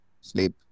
sleep